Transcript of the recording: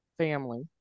family